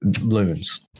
loons